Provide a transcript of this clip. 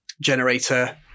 generator